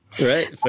Right